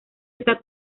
está